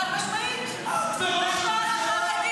חוץ מזה, אין כלום.